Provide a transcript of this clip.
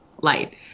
light